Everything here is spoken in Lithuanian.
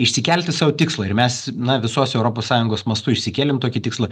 išsikelti sau tikslą ir mes na visos europos sąjungos mastu išsikėlėm tokį tikslą